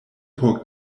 por